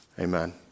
Amen